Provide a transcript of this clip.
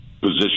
position